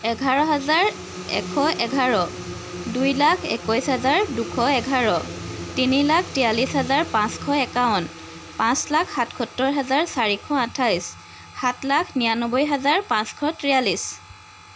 এঘাৰ হাজাৰ এশ এঘাৰ দুই লাখ একৈছ হাজাৰ দুশ এঘাৰ তিনি লাখ তিয়াল্লিচ হাজাৰ পাঁচশ একাৱন্ন পাঁচ লাখ সাতসত্তৰ হাজাৰ চাৰিশ আঠাইছ সাত লাখ নিয়ানব্বৈ হাজাৰ পাঁচশ তিয়াল্লিছ